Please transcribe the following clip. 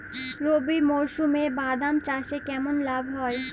রবি মরশুমে বাদাম চাষে কেমন লাভ হয়?